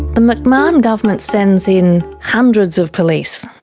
the mcmahon government sends in hundreds of police.